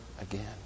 again